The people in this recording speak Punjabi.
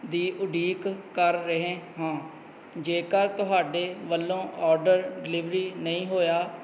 ਦੀ ਉਡੀਕ ਕਰ ਰਹੇ ਹਾਂ ਜੇਕਰ ਤੁਹਾਡੇ ਵੱਲੋਂ ਆਰਡਰ ਡਿਲੀਵਰੀ ਨਹੀਂ ਹੋਇਆ